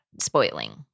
spoiling